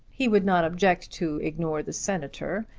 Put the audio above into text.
he would not object to ignore the senator,